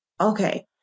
Okay